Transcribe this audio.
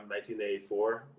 1984